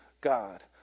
God